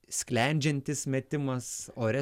sklendžiantis metimas ore